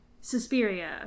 Suspiria